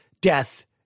death